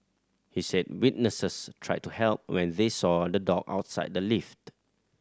he said witnesses tried to help when they saw the dog outside the lift